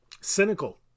cynical